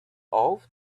owed